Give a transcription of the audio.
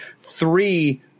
three